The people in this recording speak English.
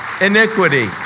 iniquity